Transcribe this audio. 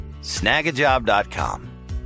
Snagajob.com